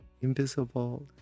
invisible